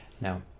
Now